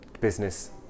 business